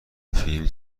فیلم